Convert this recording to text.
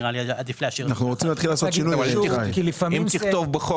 נראה לי עדיף להשאיר -- אם תכתוב בחוק